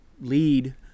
lead